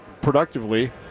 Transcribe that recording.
productively